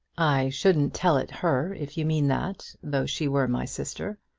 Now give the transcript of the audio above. i shouldn't tell it her, if you mean that, though she were my sister.